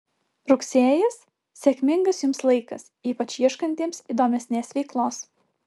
rugsėjis sėkmingas jums laikas ypač ieškantiems įdomesnės veiklos